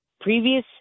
previous